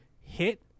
hit